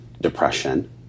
depression